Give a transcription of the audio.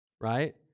right